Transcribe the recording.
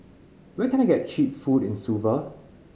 where can I get cheap food in Suva